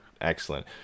excellent